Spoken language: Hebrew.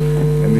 לא נורא, זה בסדר.